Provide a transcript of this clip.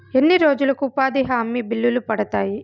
ఎన్ని రోజులకు ఉపాధి హామీ బిల్లులు పడతాయి?